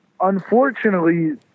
unfortunately